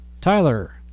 Tyler